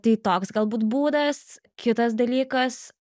tai toks galbūt būdas kitas dalykas